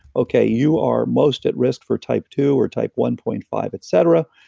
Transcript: okay, you are most at risk for type two or type one point five, et cetera,